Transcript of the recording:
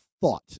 thought